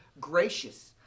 gracious